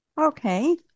Okay